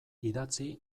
idatzi